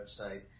website